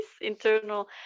internal